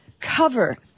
Cover